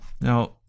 Now